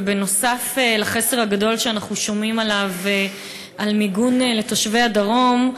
ונוסף על החסר הגדול שאנחנו שומעים עליו במיגון לתושבי הדרום,